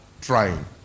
trying